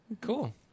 Cool